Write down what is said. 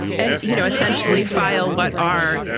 and, you know, essentially file what are,